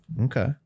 Okay